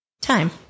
Time